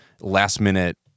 last-minute